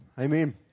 amen